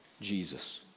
Jesus